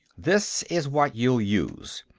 this is what you'll use.